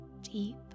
deep